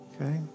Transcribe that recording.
Okay